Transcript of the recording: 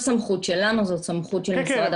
או משרד הפנים או